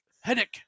Headache